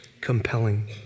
compelling